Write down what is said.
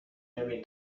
نمی